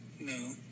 No